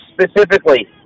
specifically